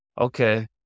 okay